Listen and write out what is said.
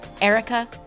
Erica